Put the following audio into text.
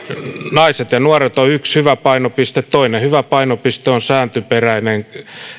naiset ja nuoret on yksi hyvä painopiste toinen hyvä painopiste on sääntöperäinen